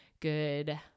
good